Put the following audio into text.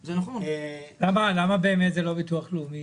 זה כל חודש, למה זה לא ביטוח לאומי?